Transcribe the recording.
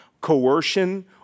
coercion